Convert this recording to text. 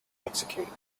executed